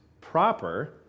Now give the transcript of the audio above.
proper